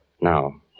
Now